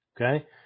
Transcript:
okay